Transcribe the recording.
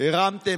חבר הכנסת